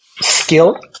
skill